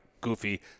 goofy